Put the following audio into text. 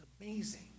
amazing